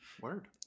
Word